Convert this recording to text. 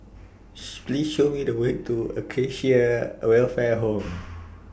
Please Show Me The Way to Acacia Welfare Home